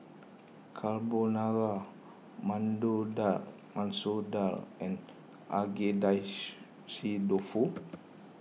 Carbonara Dal Masoor Dal and Agedashi Dofu